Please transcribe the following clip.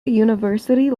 university